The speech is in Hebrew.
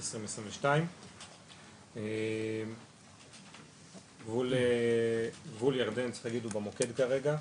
2022. גבול ירדן צריך להגיד שהוא במוקד כרגע,